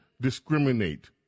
discriminate